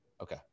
Okay